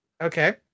Okay